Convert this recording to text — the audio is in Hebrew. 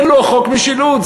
זה לא חוק משילות.